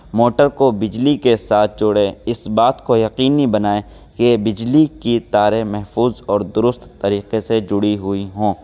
motor کو بجلی کے ساتھ جوڑیں اس بات کو یقینی بنائیں کہ بجلی کی تاریں محفوظ اور درست طریقے سے جڑی ہوئی ہوں